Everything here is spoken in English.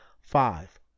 Five